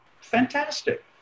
fantastic